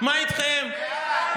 היית שרה בכירה